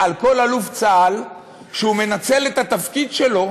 על כל אלוף צה"ל שהוא מנצל את התפקיד שלו